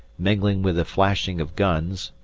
mingling with the flashing of guns,